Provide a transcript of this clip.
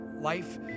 life